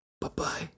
Bye-bye